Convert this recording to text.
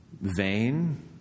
vain